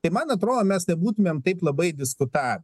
tai man atrodo mes nebūtumėm taip labai diskutavę